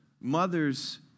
Mothers